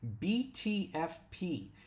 BTFP